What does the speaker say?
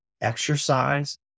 exercise